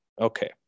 okay